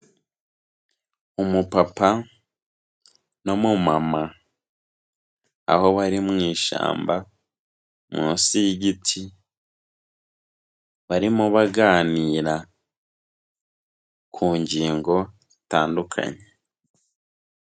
Umupapa n'umumama aho bari mu ishyamba munsi y'igiti, barimo baganira ku ngingo zitandukanye.